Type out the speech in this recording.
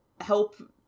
help